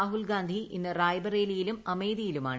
രാഹുൽ ഗാന്ധി ഇന്ന് റായ്ബറേലിയിലും അമേത്തിയിലുമാണ്